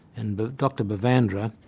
and dr bavadra,